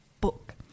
Book